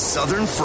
Southern